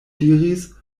diris